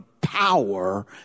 power